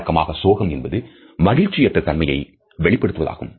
வழக்கமாக சோகம் என்பது மகிழ்ச்சியற்ற தன்மையை வெளிப்படுத்துவதாகும்